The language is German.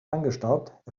angestaubt